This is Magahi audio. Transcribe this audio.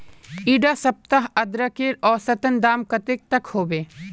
इडा सप्ताह अदरकेर औसतन दाम कतेक तक होबे?